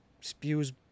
spews